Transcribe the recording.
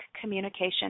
communication